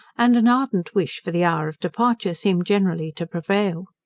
and an ardent wish for the hour of departure seemed generally to prevail.